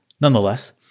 nonetheless